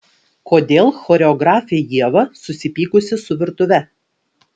kodėl choreografė ieva susipykusi su virtuve